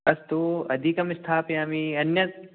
अस्तु अधिकं स्थापयामि अन्यत्